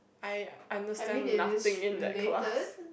I understand nothing in that class